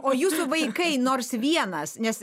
o jūsų vaikai nors vienas nes